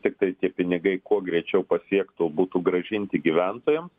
tiktai tie pinigai kuo greičiau pasiektų būtų grąžinti gyventojam